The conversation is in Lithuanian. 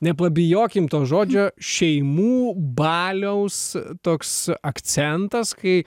nepabijokim to žodžio šeimų baliaus toks akcentas kai